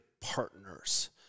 partners